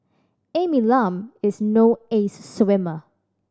Amy Lam is no ace swimmer